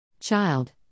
Child